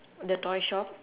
the toy shop